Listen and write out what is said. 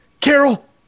Carol